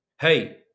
Hey